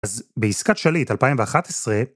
אז בעסקת שליט 2011